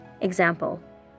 Example